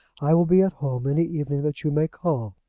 i will be at home any evening that you may call.